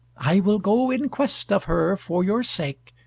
i will go in quest of her for your sake,